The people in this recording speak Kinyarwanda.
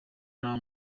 nta